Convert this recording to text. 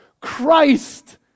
Christ